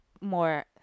more